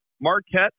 Marquette